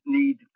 need